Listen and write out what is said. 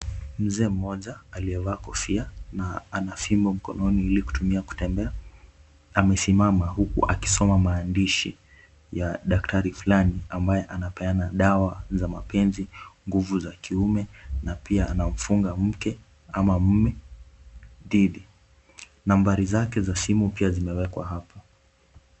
Mzee mmoja aliyevaa kofia na ana fimbo mkononi ili kutumia kutembea, amesimama huku akisoma maandishi ya daktari fulani ambaye anapeana dawa za mapenzi, nguvu za kiume na pia anamfunga mke ama mume dhidi. Nambari zake za simu pia zimeekwa hapo.